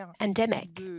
endemic